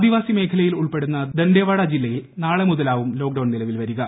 ആദിവാസി മേഖലയിൽ ഉൾപ്പെടുന്ന ദണ്ഡേവാഡ ജില്ലയിൽ നാളെമുതലാവും ലോക്ഡൌൺ നിലവിൽ വരിക